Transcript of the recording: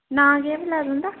नांऽ केह् ऐ भला तुं'दा